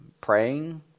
praying